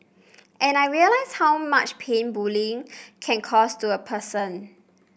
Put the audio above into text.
and I realised how much pain bullying can cause to a person